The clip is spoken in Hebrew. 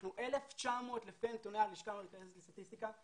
אנחנו 1,900 לפי נתוני הלשכה המרכזית לסטטיסטיקה,